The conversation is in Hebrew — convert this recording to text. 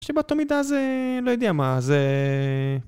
שבאותה מידה זה... לא יודע מה, זה...